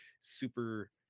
super